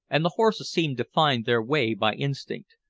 and the horses seemed to find their way by instinct.